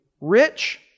rich